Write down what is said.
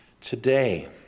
today